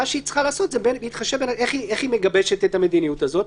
מה היא צריכה לעשות ואיך היא מגבשת את המדיניות הזאת?